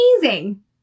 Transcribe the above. amazing